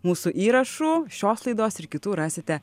mūsų įrašų šios laidos ir kitų rasite